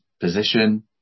position